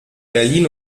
berlin